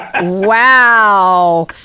Wow